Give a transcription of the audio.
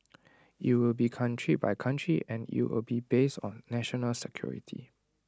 IT will be country by country and IT will be based on national security